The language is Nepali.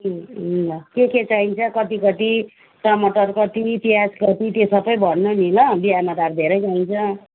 ल के के चाहिन्छ कति कति टमाटर कति प्याज कति त्यो सबै भन्नु नि ल बिहामा त अब धेरै चाहिन्छ